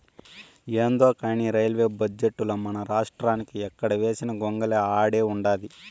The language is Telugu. యాందో కానీ రైల్వే బడ్జెటుల మనరాష్ట్రానికి ఎక్కడ వేసిన గొంగలి ఆడే ఉండాది